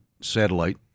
satellite